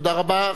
תודה רבה.